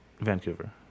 Vancouver